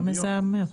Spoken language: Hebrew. המזהמות.